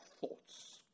thoughts